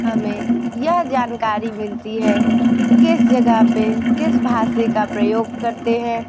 हमें यह जानकारी मिलती है कि किस जगह पे किस भाषे का प्रयोग करते हैं